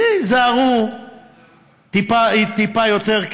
שייזהרו טיפה יותר.